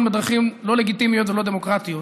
בדרכים לא לגיטימיות ולא דמוקרטיות,